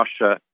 Russia